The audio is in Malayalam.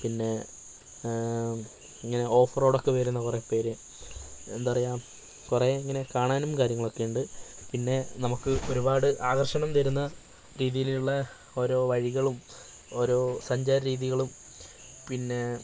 പിന്നെ ഇങ്ങനെ ഓഫ് റോഡ് ഒക്കെ വരുന്ന കുറേ പേര് എന്താ പറയുക കുറെ ഇങ്ങനെ കാണാനും കാര്യങ്ങളും ഒക്കെ ഉണ്ട് പിന്നെ നമുക്ക് ഒരുപാട് ആകർഷണം തരുന്ന രീതിയിലുള്ള ഓരോ വഴികളും ഓരോ സഞ്ചാര രീതികളും പിന്നെ